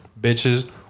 bitches